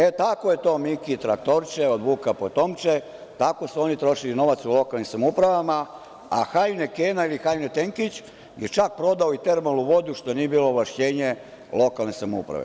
E, tako je to Miki traktorče od Vuka potomče, tako su oni trošili novac u lokalnim samoupravama, a hajnekena ili hajnetenkić je čak prodao i termalnu vodu, što nije bilo ovlašćenje lokalne samouprave.